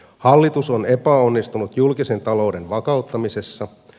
hallitus on epäonnistunut julkisen talouden vakauttamisessa